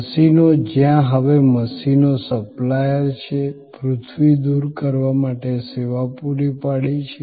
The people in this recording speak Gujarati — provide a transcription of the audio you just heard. મશીનો જ્યાં હવે મશીનો સપ્લાયર છે પૃથ્વી દૂર કરવા માટે સેવા પૂરી પાડે છે